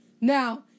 Now